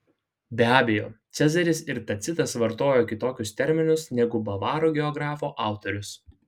be abejo cezaris ir tacitas vartojo kitokius terminus negu bavarų geografo autorius